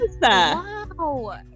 wow